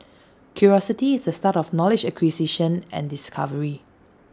curiosity is the start of knowledge acquisition and discovery